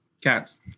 Cats